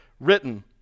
written